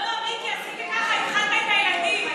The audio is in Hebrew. לא, מיקי, עשית לי ככה, הפחדת את הילדים.